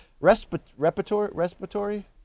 respiratory